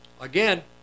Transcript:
Again